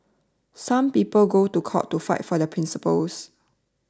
some people go to court to fight for their principles